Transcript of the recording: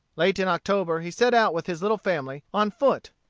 late in october he set out with his little family on foot,